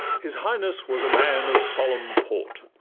his highness was a man of solemn port,